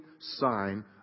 sign